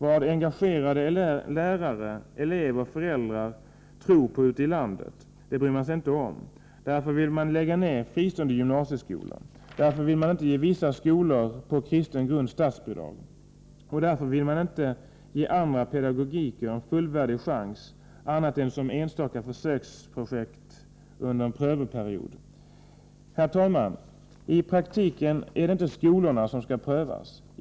Vad engagerade lärare, elever och föräldrar tror på ute i landet bryr man sig inte om. Därför vill man lägga ner fristående gymnasieskolor. Därför vill man inte ge vissa skolor på kristen grund statsbidrag. Och därför vill man inte ge andra pedagogiker en fullvärdig chans annat än som enstaka försöksprojekt under en prövoperiod. Herr talman! I praktiken är det inte skolorna som skall prövas.